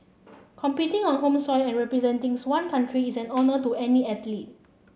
competing on home soil and representing's one country is an honour to any athlete